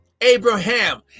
Abraham